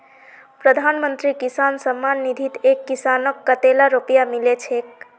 प्रधानमंत्री किसान सम्मान निधित एक किसानक कतेल रुपया मिल छेक